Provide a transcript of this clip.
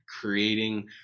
creating